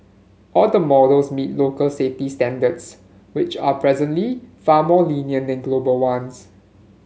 all the models meet local safety standards which are presently far more lenient than global ones